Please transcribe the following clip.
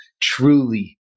truly